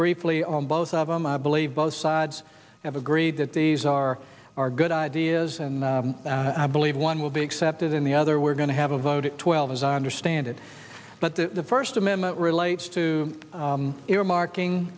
briefly on both of them i believe both sides have agreed that these are are good ideas and i believe one will be accepted in the other we're going to have a vote at twelve as i understand it but the first amendment relates to earmarking